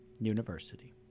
University